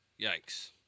Yikes